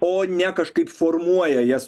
o ne kažkaip formuoja jas